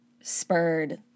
spurred